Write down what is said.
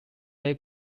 their